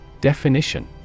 Definition